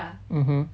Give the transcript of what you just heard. mmhmm